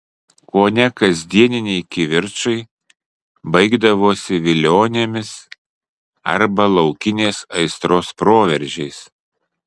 kone kasdieniai kivirčai baigdavosi vilionėmis arba laukinės aistros proveržiais